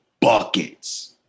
buckets